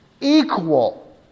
Equal